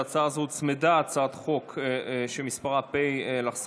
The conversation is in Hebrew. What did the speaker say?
להצעה הזו הוצמדה הצעת חוק שמספרה פ/3450/24,